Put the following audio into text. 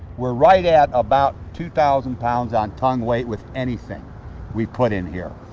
we're right at about two thousand pounds on tongue weight with anything we put in here.